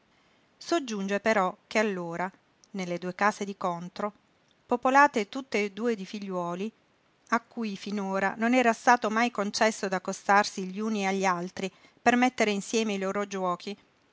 soggiunge però che allora nelle due case di contro popolate tutte e due di figliuoli a cui finora non era stato mai concesso d'accostarsi gli uni agli altri per mettere insieme i loro giuochi